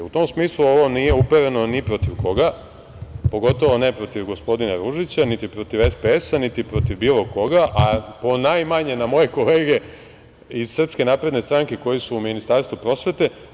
U tom smislu ovo nije upereno ni protiv koga, pogotovo ne protiv gospodina Ružića, niti protiv SPS-a, niti protiv bilo koga, a ponajmanje na moje kolege iz SNS koji su u Ministarstvu prosvete.